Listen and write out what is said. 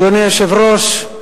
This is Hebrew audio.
אדוני היושב-ראש,